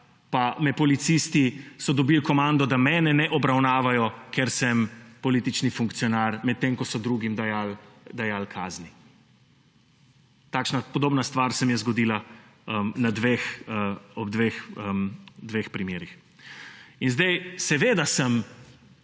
pa policisti so dobili komando, da mene ne obravnavajo, ker sem politični funkcionar, medtem ko so drugim dajali kazni. Podobna stvar se mi je zgodila ob dveh primerih. Seveda sem